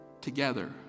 together